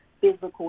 physical